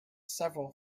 several